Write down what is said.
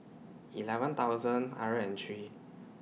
eleven thousand hundred and three